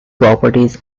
properties